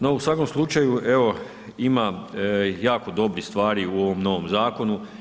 No u svakom slučaju evo ima jako dobrih stvari u ovom novom zakonu.